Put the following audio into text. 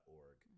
org